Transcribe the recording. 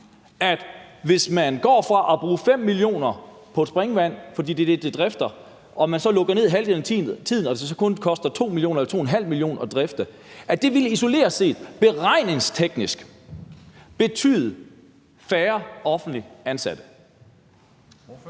at hvis man går fra at bruge 5 mio. kr. på et springvand, som er det, det koster at drifte, og man så lukker det ned halvdelen af tiden, så det kun koster 2-2,5 mio. kr. at drifte, så vil det isoleret set beregningsteknisk betyde færre offentligt ansatte?